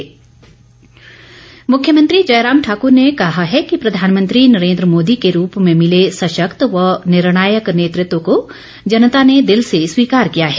मुख्यमंत्री मुख्यमंत्री जयराम ठाकुर ने कहा है कि प्रधानमंत्री नरेन्द्र मोदी के रूप में मिले सशक्त व निर्णायक नेतृत्व को जनता ने दिल से स्वीकार किया है